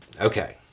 Okay